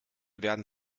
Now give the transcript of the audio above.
werden